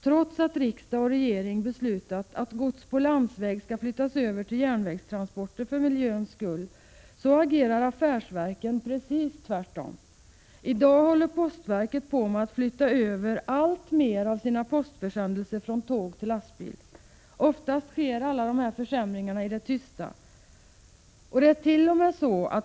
Trots att riksdag och regering beslutat att gods på landsväg skall flyttas över till järnvägstransporter för miljöns skull agerar affärsverken tvärtom: i dag håller postverket på att flytta över alltmer av postförsändelserna från tåg till lastbil. Oftast sker alla dessa försämringar i det tysta.